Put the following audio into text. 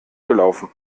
gelaufen